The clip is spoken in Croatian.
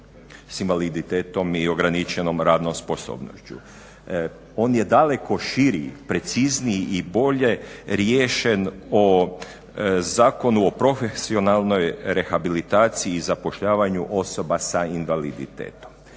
s invaliditetom i ograničenom radnom sposobnošću. On je daleko širi, precizniji i bolje riješen o Zakonu o profesionalnoj rehabilitaciji i zapošljavanju osoba s invaliditetom.